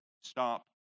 stop